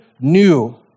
new